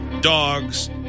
dog's